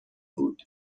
بود